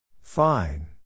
Fine